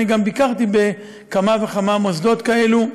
אני גם ביקרתי בכמה וכמה מוסדות כאלה.